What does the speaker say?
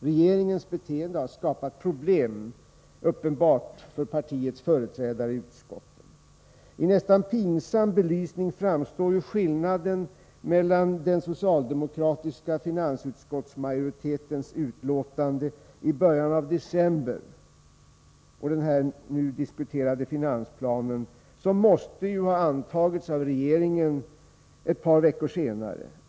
Regeringens beteende har uppenbart skapat problem för partiets företrädare i utskotten. I nästan pinsam belysning framstår skillnaderna mellan den socialdemokratiska finansutskottsmajoritetens utlåtande i början av december och den nu diskuterade finansplanen, som måste ha antagits av regeringen ett par veckor senare.